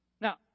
Now